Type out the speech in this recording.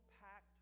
packed